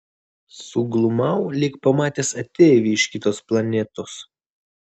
suglumau lyg pamatęs ateivį iš kitos planetos